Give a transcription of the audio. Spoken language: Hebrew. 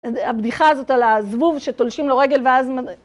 הבדיחה הזאת על הזבוב שתולשים לו רגל ואז מזה.